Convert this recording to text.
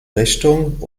richtung